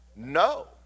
No